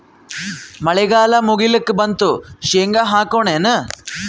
ಮಳಿಗಾಲ ಮುಗಿಲಿಕ್ ಬಂತು, ಶೇಂಗಾ ಹಾಕೋಣ ಏನು?